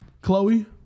Chloe